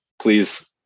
Please